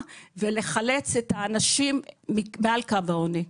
ולחלץ את האנשים אל מעל קו העוני.